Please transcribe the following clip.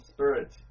Spirit